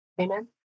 Amen